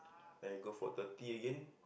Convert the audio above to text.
and go for thirty again